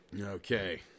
Okay